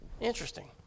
interesting